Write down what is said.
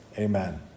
amen